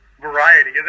variety